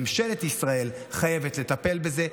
ממשלת ישראל חייבת לטפל בזה,